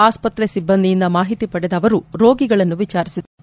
ಆಸ್ವತ್ರೆ ಸಿಬ್ಬಂದಿಯಿಂದ ಮಾಹಿತಿ ಪಡೆದ ಅವರು ರೋಗಿಗಳನ್ನು ವಿಚಾರಿಸಿದರು